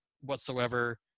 whatsoever